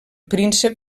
príncep